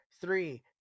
three